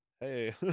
Hey